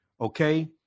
okay